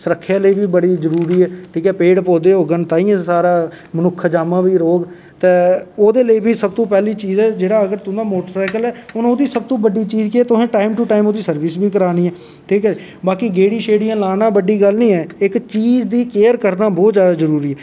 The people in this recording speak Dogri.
सुरक्खेआ लेई बी बड़े जरूरी ऐ ठीक ऐ पेड़ पौधे होंगन तां गै सारा मनुक्ख जामा बी रौह्ग ते ओह्दे लेई बी सब तो पैह्ली चीज ऐ जेह्ड़ा थोहाड़ा मोटर सैकल ऐ हून ओह्दी सब तो बड्डी गल्ल केह् ऐ ओह्दी टाईम टू टाईम तुसें सर्विस बी करवानी ऐ बाकी गेड़ी शेड़ियां लाना बड्डी गल्ल नी ऐ इक चीज दी केयर करना बौह्त जरूरी ऐ